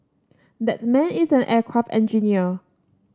that man is an aircraft engineer